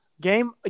game